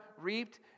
reaped